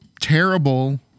terrible